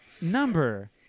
number